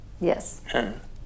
Yes